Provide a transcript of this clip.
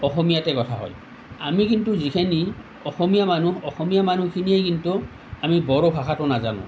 অসমীয়াতে কথা হয় আমি কিন্তু যিখিনি অসমীয়া মানুহ অসমীয়া মানুহখিনিয়ে কিন্তু আমি বড়ো ভাষাটো নাজানো